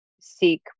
seek